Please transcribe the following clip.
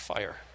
Fire